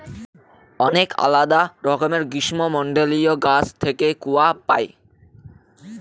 অনেক আলাদা রকমের গ্রীষ্মমন্ডলীয় গাছ থেকে কূয়া পাই